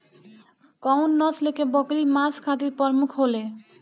कउन नस्ल के बकरी मांस खातिर प्रमुख होले?